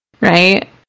right